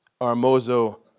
armozo